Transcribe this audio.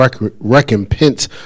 recompense